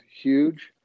huge